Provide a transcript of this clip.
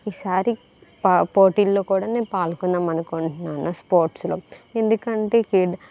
ఈసారీ ప పోటీల్లో కూడా పాల్గొందామనుకుంటున్నాను స్పోర్ట్స్ లో ఎందుకంటే